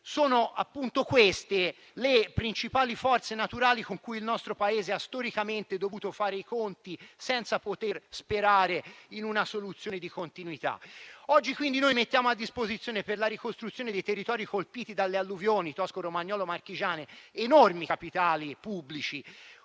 Sono queste le principali forze naturali con cui il nostro Paese ha storicamente dovuto fare i conti, senza poter sperare in una soluzione di continuità. Oggi, pertanto, noi mettiamo a disposizione per la ricostruzione dei territori colpiti dalle alluvioni tosco-romagnole e marchigiane enormi capitali pubblici,